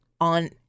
on